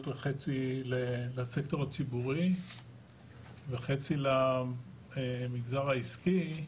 יותר חצי לסקטור הציבורי וחצי למגזר העסקי,